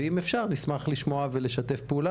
ואם אפשר אנחנו נשמח לשמוע ולשתף פעולה,